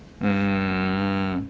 mm mm hmm